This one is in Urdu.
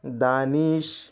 دانش